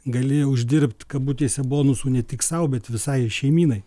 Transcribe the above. galėjo uždirbt kabutėse bonusų ne tik sau bet visai šeimynai